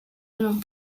yno